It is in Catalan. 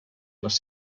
les